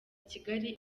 kigali